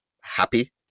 happy